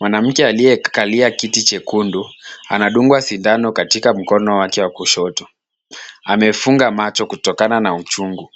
Mwanamke aliyekalia kiti chekundu anadungwa sindano katika mkono wake wa kushoto. Amefunga macho kutokana na uchungu.